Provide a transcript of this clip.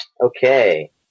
Okay